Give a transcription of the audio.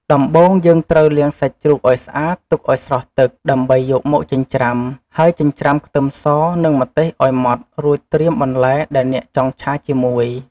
ដំបូងយើងត្រូវលាងសាច់ជ្រូកឱ្យស្អាតទុកឱ្យស្រស់ទឹក ដើម្បីយកមកចិញ្ច្រាំ ហើយចិញ្ច្រាំខ្ទឹមស និងម្ទេសឱ្យម៉ដ្ឋ រួចត្រៀមបន្លែដែលអ្នកចង់ឆាជាមួយ។